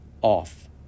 off